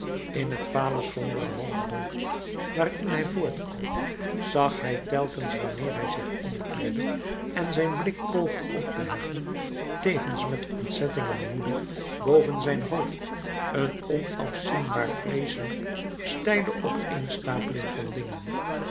in het vale sombere halfdonker waarin hij voortkroop zag hij telkens wanneer hij zich omkeerde en zijn blik poogde op te heften tevens met ontzetting en woede boven zijn hoofd een onafzienbaar vreeselijk steile opeenstapeling van dingen